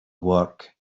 work